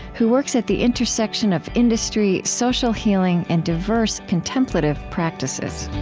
who works at the intersection of industry, social healing, and diverse contemplative practices